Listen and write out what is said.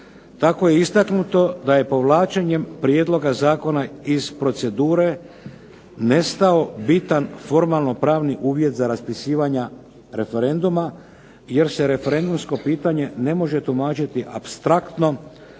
Tako je istaknuto da je povlačenjem prijedloga zakona iz procedure nestao bitan formalno-pravni uvjet za raspisivanje referenduma, jer se referendumsko pitanje ne može tumačiti apstraktno